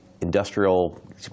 industrial